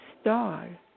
star